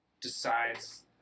decides